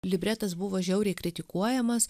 libretas buvo žiauriai kritikuojamas